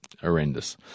horrendous